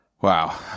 Wow